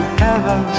heaven